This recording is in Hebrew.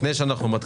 את זה אני לא מבטיח.